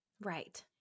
Right